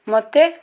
ମୋତେ